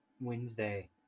Wednesday